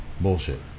bullshit